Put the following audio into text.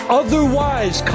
otherwise